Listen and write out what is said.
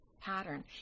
pattern